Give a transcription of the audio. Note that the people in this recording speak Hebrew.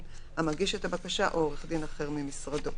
המגיש את הבקשה או עורך דין אחר ממשרדו.".